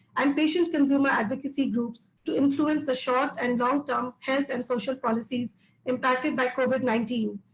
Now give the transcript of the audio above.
um patient consumer advocacy groups to influence the short and long-term health and social policies impacted by covid nineteen.